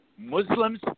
Muslims